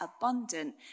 abundant